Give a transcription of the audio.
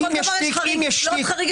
אם יש תיק --- לכל דבר יש חריג.